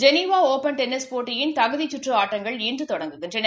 Geneva Open tennis போட்டியின் தகுதிச்சுற்றுஆட்டங்கள் இன்றுதொடங்குகின்றன